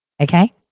Okay